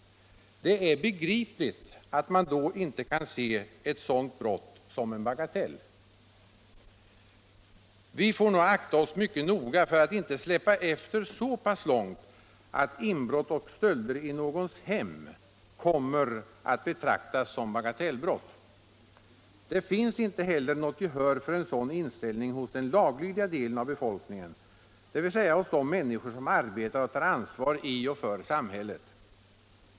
Det är begripligt att han då inte kan se ett sådant brott som en bagatell. Vi får nog akta oss mycket noga för att inte släppa efter så pass långt att inbrott och stölder i någons hem kommer att betraktas som bagatellbrott. Det finns inte heller något gehör för en sådan inställning hos den laglydiga delen av befolkningen — dvs. hos de människor som arbetar och tar ansvar i och för samhället.